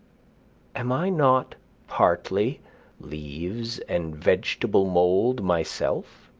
am i not partly leaves and vegetable mould myself?